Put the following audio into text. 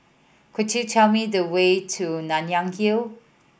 could you tell me the way to Nanyang Hill